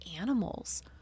animals